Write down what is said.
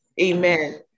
Amen